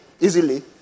easily